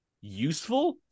useful